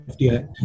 FDI